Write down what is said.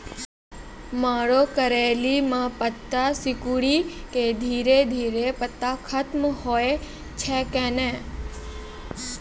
मरो करैली म पत्ता सिकुड़ी के धीरे धीरे पत्ता खत्म होय छै कैनै?